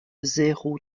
zéro